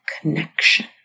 connection